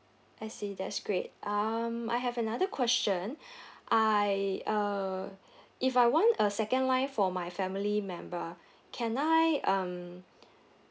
I see that's great um I have another question I uh if I want a second line for my family member can I um